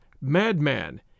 madman